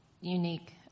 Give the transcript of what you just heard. unique